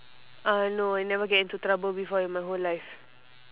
uh no I never get into trouble before in my whole life